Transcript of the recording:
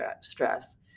stress